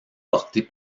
portée